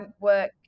work